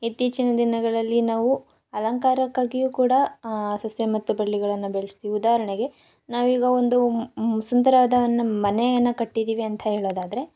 ಇತ್ತೀಚಿನ ದಿನಗಳಲ್ಲಿ ನಾವು ಅಲಂಕಾರಕ್ಕಾಗಿಯು ಕೂಡ ಸಸ್ಯ ಮತ್ತು ಬಳ್ಳಿಗಳನ್ನು ಬೆಳೆಸ್ತೀವಿ ಉದಾಹರಣೆಗೆ ನಾವೀಗ ಒಂದು ಸುಂದರಾದವನ್ನ ಮನೆಯನ್ನು ಕಟ್ಟಿದೀವಿ ಅಂತ ಹೇಳೋದಾದರೆ